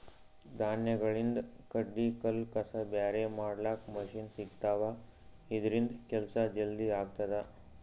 ಧಾನ್ಯಗಳಿಂದ್ ಕಡ್ಡಿ ಕಲ್ಲ್ ಕಸ ಬ್ಯಾರೆ ಮಾಡ್ಲಕ್ಕ್ ಮಷಿನ್ ಸಿಗ್ತವಾ ಇದ್ರಿಂದ್ ಕೆಲ್ಸಾ ಜಲ್ದಿ ಆಗ್ತದಾ